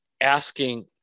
asking